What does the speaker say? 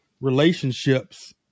relationships